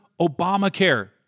Obamacare